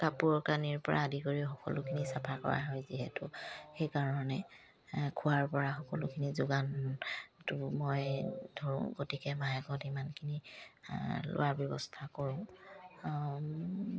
কাপোৰ কানিৰ পৰা আদি কৰি সকলোখিনি চাফা কৰা হয় যিহেতু সেইকাৰণে খোৱাৰ পৰা সকলোখিনি যোগানটো মই ধৰোঁ গতিকে মাহেকত ইমানখিনি লোৱাৰ ব্যৱস্থা কৰোঁ